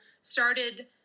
started